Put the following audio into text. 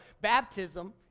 baptism